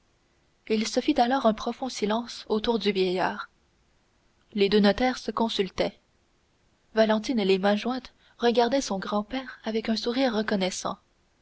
il se fit alors un profond silence autour du vieillard les deux notaires se consultaient valentine les mains jointes regardait son grand-père avec un sourire reconnaissant